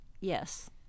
yes